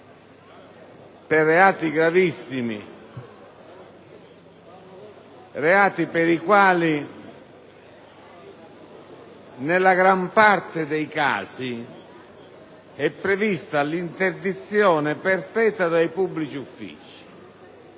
per reati gravissimi, per i quali, nella gran parte dei casi, è prevista l'interdizione perpetua dai pubblici uffici,